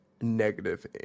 negative